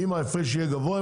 אם ההפרש גבוה,